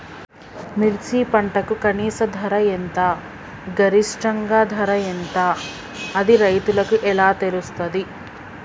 మిర్చి పంటకు కనీస ధర ఎంత గరిష్టంగా ధర ఎంత అది రైతులకు ఎలా తెలుస్తది?